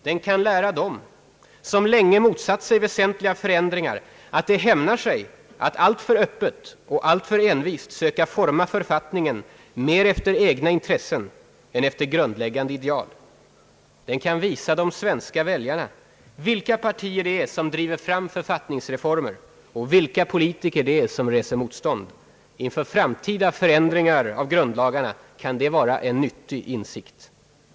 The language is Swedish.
Den kan lära dem som länge motsatt sig väsentliga förändringar att det hämnar sig att alltför öppet och alltför envist söka forma författningen mer efter egna intressen än efter grundläggande ideal. Den kan visa de svenska väljarna vilka partier det är som driver fram författningsreformen och vilka politiker som reser motstånd. Inför framtida förändringar av grundlagarna kan det vara en nyttig insikt.